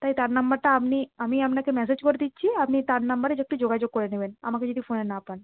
তাই তার নম্বরটা আপনি আমি আপনাকে ম্যাসেজ করে দিচ্ছি আপনি তার নাম্বারে একটু যোগাযোগ করে নেবেন আমাকে যদি ফোনে না পান